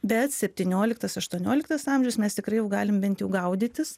bet septynioliktas aštuonioliktas amžiaus mes tikrai jau galim bent jau gaudytis